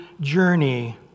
journey